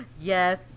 Yes